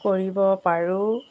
কৰিব পাৰোঁ